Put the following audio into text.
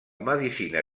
medicina